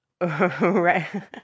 right